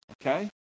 Okay